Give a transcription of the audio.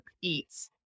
eats